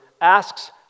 asks